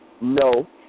No